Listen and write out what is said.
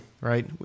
right